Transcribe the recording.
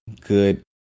good